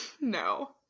No